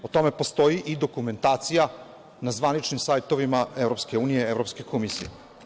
O tome postoji i dokumentacija na zvaničnim sajtovima EU, Evropske komisije.